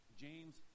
James